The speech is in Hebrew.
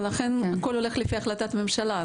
ולכן הכול הולך לפי החלטת הממשלה.